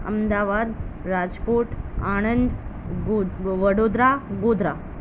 Ahmedabad Rajkot Anand Vadodara Godhra